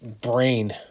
brain